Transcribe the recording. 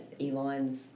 Elon's